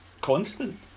constant